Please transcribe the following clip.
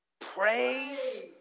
praise